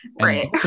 Right